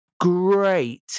great